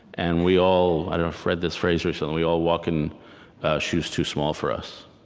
and we all i've read this phrase recently we all walk in shoes too small for us.